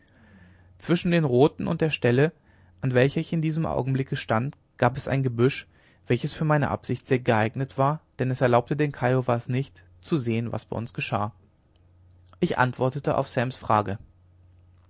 zwischen den roten und der stelle an welcher ich in diesem augenblicke stand gab es ein gebüsch welches für meine absicht sehr geeignet war denn es erlaubte den kiowas nicht zu sehen was bei uns geschah ich antwortete auf sams frage